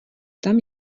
tam